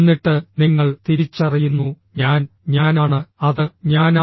എന്നിട്ട് നിങ്ങൾ തിരിച്ചറിയുന്നു ഞാൻ ഞാനാണ് അത് ഞാനാണ്